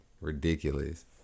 ridiculous